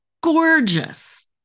gorgeous